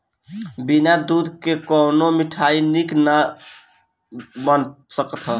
बिना दूध के कवनो मिठाई निक ना बन सकत हअ